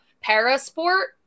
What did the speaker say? para-sport